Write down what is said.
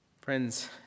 Friends